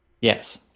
Yes